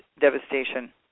Devastation